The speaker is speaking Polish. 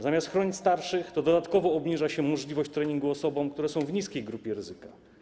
Zamiast chronić starszych, dodatkowo obniża się możliwość treningu osobom, które są w niskiej grupie ryzyka.